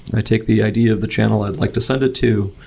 i take the idea of the channel i'd like to send it to,